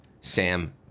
Sam